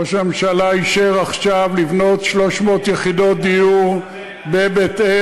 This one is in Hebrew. ראש הממשלה אישר עכשיו לבנות 300 יחידות דיור בבית-אל,